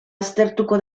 aztertuko